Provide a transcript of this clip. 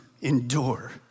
endure